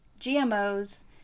GMOs